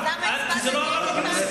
כי זה לא עבר בכנסת.